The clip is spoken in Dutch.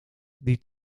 die